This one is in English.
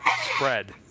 spread